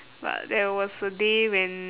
but there was a day when